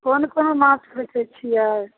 कोन कोन माँछ बेचै छिए